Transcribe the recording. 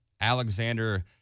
Alexander